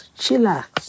chillax